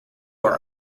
are